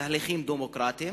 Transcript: תהליכים דמוקרטיים,